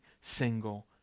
single